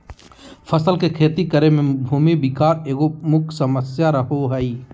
फसल के खेती करे में भूमि विकार एगो मुख्य समस्या रहो हइ